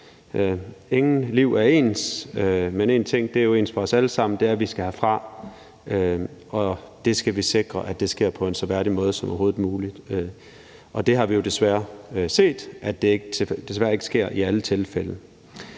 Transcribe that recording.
Ingen liv er ens, men en ting er ens for os alle sammen, nemlig at vi skal herfra, og vi skal sikre, at det sker på en så værdig måde som overhovedet muligt. Vi har jo desværre set, at det desværre ikke sker i alle tilfælde,